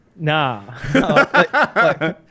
Nah